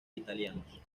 italianos